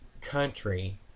country